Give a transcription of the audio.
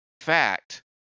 fact